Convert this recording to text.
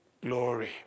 glory